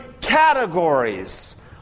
categories